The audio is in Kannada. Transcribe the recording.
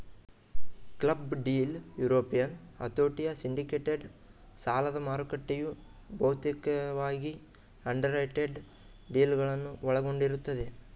ಕ್ಲಬ್ ಡೀಲ್ ಯುರೋಪಿಯನ್ ಹತೋಟಿಯ ಸಿಂಡಿಕೇಟೆಡ್ ಸಾಲದಮಾರುಕಟ್ಟೆಯು ಬಹುತೇಕವಾಗಿ ಅಂಡರ್ರೈಟೆಡ್ ಡೀಲ್ಗಳನ್ನ ಒಳಗೊಂಡಿರುತ್ತೆ